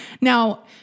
Now